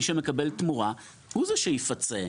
מי שמקבל תמורה הוא זה שיפצה.